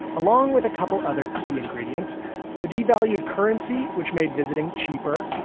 along with a couple other key ingredients a devalued currency, which made visiting cheaper,